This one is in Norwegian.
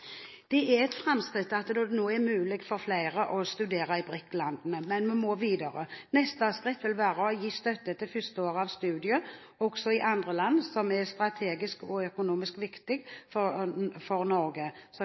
Det er et framskritt at det nå er mulig for flere å studere i BRIC-landene, men vi må videre. Neste skritt vil være å gi støtte til førsteåret av studier også i andre land som er strategisk og økonomisk viktige for Norge,